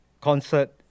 concert